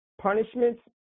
punishments